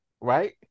right